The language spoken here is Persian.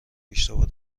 اشتباه